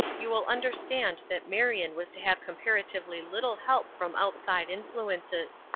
you will understand that marion was to have comparatively little help from outside influences.